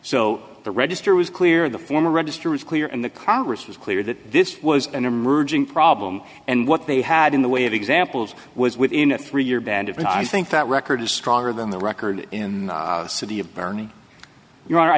so the register was clear the former register was clear and the congress was clear that this was an emerging problem and what they had in the way of examples was within a three year ban different i think that record is stronger than the record in the city of bernie you